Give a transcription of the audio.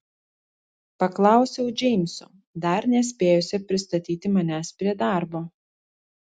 paklausiau džeimso dar nespėjusio pristatyti manęs prie darbo